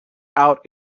out